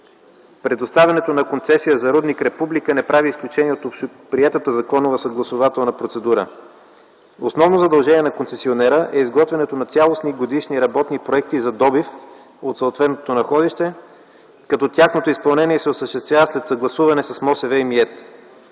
Предоставянето на концесия за рудник „Република” не прави изключение от общоприетата законова съгласувателна процедура. Основно задължение на концесионера е изготвянето на цялостни годишни работни проекти за добив от съответното находище, като тяхното изпълнение се осъществява след съгласуване с